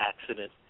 accident